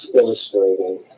illustrating